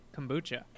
kombucha